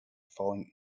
falling